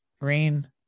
Green